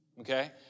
okay